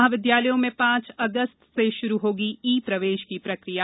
महाविद्यालयों में पांच अगस्त से शुरू होगी ई प्रवेश की प्रकिया